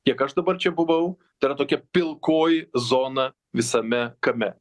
kiek aš dabar čia buvau tai yra tokia pilkoji zona visame kame